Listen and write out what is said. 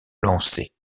lancées